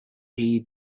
heed